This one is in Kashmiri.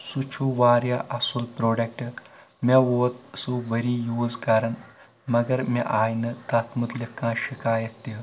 سُہ چھُ واریاہ اصٕل پروڈکٹ مےٚ ووت سُہ ؤری یوز کران مگر مےٚ آیہِ نہٕ تتھ متعلِق کانٛہہ شِکایت تہِ